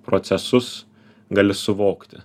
procesus gali suvokti